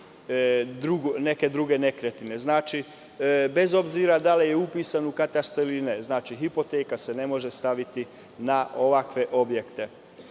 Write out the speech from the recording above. neke druge nekretnine. Bez obzira da li je upisan u katastar ili ne, hipoteka se ne može staviti na ovakav